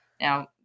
Now